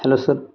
hello sir